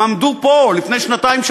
הם עמדו פה לפני שנתיים,